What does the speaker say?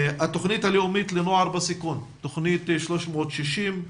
התוכנית הלאומית לנוער בסיכון, תוכנית 360,